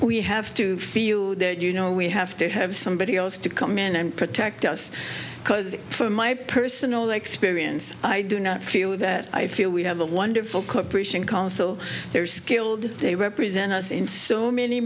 we have to feel that you know we have to have somebody else to come in and protect us because from my personal experience i do not feel that i feel we have a wonderful cooperation council there's skilled they represent us in so many